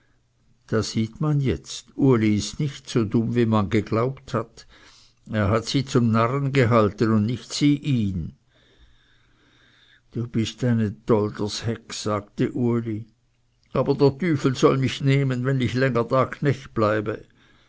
da sieht man jetzt uli ist nicht so dumm wie man geglaubt hat er hat sie zum narren gehalten und nicht sie ihn du bist eine dolders hex sagte uli aber der tüfel soll mich nehmen wenn ich länger da knecht bleibe